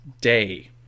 day